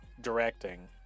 directing